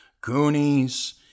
Goonies